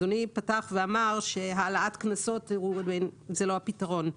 אדוני פתח ואמר שהעלאת גובה קנסות זה לא הפתרון.